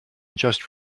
just